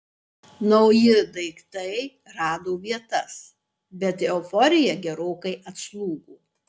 nauji daiktai rado vietas bet euforija gerokai atslūgo